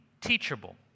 teachable